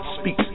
Speaks